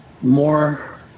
more